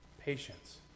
patience